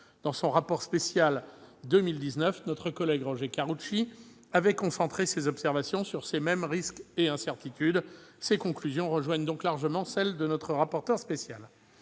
Dans son rapport spécial pour 2019, notre collègue Roger Karoutchi avait concentré ses observations sur ces mêmes risques et incertitudes. Ces conclusions rejoignent donc largement celles de notre rapporteur spécial.